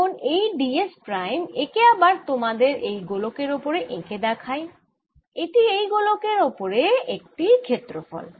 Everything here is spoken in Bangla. এখন এই d s প্রাইম একে আবার তোমাদের এই গোলকের ওপরে এঁকে দেখাই এটি এই গোলকের ওপরে একটি ক্ষেত্রফল